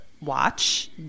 watch